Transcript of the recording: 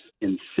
insist